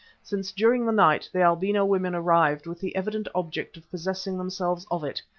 since during the night the albino women arrived with the evident object of possessing themselves of it,